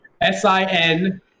S-I-N